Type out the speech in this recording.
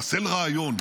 לחסל רעיון.